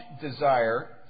desire